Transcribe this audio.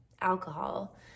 alcohol